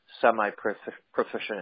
semi-proficient